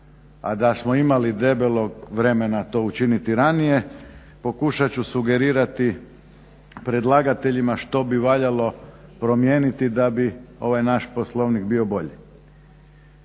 a da smo imali debelog vremena to učiniti ranije. Pokušati ću sugerirati predlagateljima što bi valjalo promijeniti da bi ovaj naš Poslovnik bio bolji.